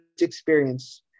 experience